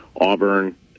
Auburn